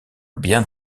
bien